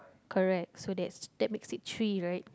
correct so that's that makes it three right